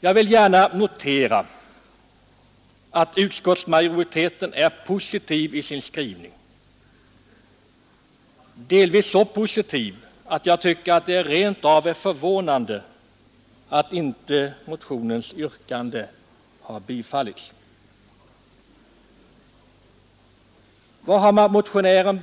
Jag vill gärna notera att utskottsmajoriteten är positiv i sin skrivning delvis så positiv att jag tycker att det är rent av förvånande att inte motionens yrkande har tillstyrkts. Vad har motionären